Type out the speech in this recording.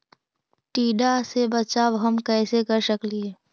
टीडा से बचाव हम कैसे कर सकली हे?